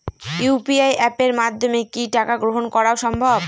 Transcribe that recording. UPI অ্যাপের মাধ্যমে কি টাকা গ্রহণ করাও সম্ভব?